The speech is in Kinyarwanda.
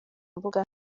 mbuga